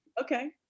Okay